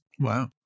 Wow